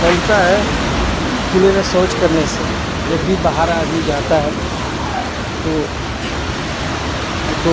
फैलता है खुले में शौच करने से जब भी बाहर आदमी जाता है तो उनको